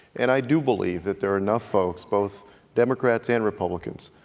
and i do believe that there are enough folks, both democrats and republicans,